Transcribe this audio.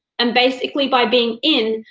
and basically, by being in,